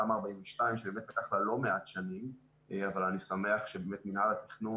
תמ"א/42 שבאמת לקח לה לא מעט שנים אבל אני שמח שבאמת מנהל התכנון